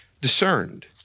discerned